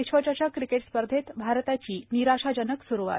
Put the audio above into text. विश्वचषक क्रिकेट स्पर्धेत भारताची निराशाजनक सुरूवात